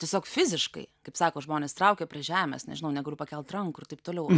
tiesiog fiziškai kaip sako žmonės traukia prie žemės nežinau negaliu pakelt rankų ir taip toliau